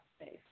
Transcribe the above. space